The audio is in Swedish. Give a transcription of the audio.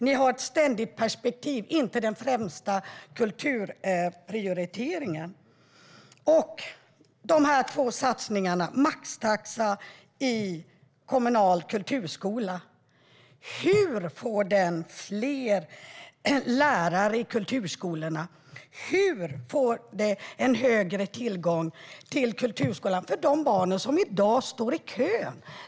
Ni har ett ständigt perspektiv - inte den främsta kulturprioriteringen. Så till de här två satsningarna: Hur ska maxtaxa i kommunal kulturskola ge fler lärare i kulturskolorna? Hur ger det högre tillgång till kulturskolan för de barn som i dag står i kö?